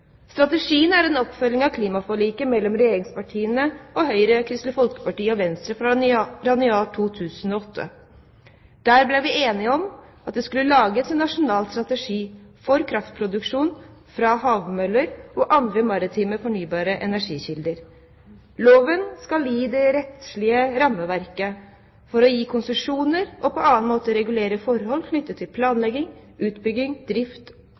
Strategien er en oppfølging av klimaforliket mellom regjeringspartiene og Høyre, Kristelig Folkeparti og Venstre fra januar 2008, der det ble enighet om at det skulle lages en nasjonal strategi for kraftproduksjon fra havmøller og andre marine fornybare energikilder. Loven skal gi det rettslige rammeverket for å gi konsesjoner og på annen måte regulere forhold knyttet til planlegging, utbygging, drift